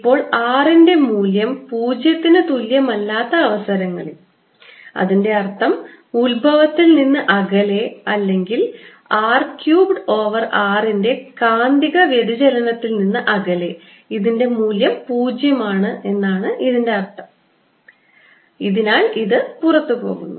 ഇപ്പോൾ r ൻറെ മൂല്യം 0 ന് തുല്യമല്ലാത്ത അവസരങ്ങളിൽ അതിന്റെ അർത്ഥം ഉത്ഭവത്തിൽ നിന്ന് അകലെ അല്ലെങ്കിൽ r ക്യൂബ് ഓവർ r ൻറെ കാന്തിക വ്യതിചലനത്തിൽ നിന്ന് അകലെ ഇതിൻറെ മൂല്യം 0 ആണ് എന്നാണ് ഇതിൻറെ അതിനാൽ ഇത് പുറത്തുപോകുന്നു